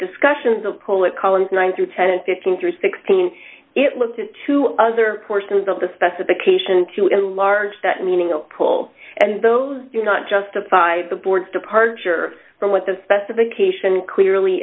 discussions of pullet columns nine through ten and fifteen through sixteen it looked at two other portions of the specification to enlarge that meaning of pull and those not justified the board's departure from what the specification clearly